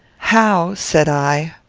how! said i,